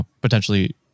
potentially